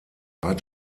seit